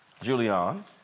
Julian